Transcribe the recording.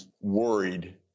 worried